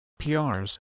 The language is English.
PRs